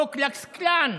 קו קלוקס קלאן,